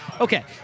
Okay